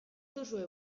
duzue